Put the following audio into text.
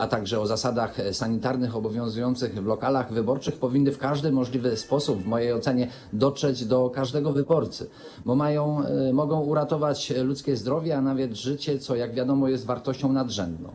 a także o zasadach sanitarnych obowiązujących w lokalach wyborczych powinny w każdy możliwy sposób w mojej ocenie dotrzeć do każdego wyborcy, bo mogą uratować ludzkie zdrowie, a nawet życie, co, jak wiadomo, jest wartością nadrzędną.